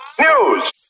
News